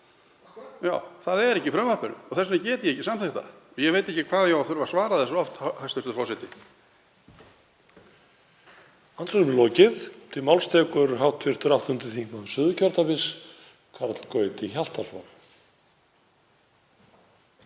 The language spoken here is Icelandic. í.) Það er ekki í frumvarpinu og þess vegna get ég ekki samþykkt það. Ég veit ekki hvað ég á að þurfa að svara þessu oft, hæstv. forseti.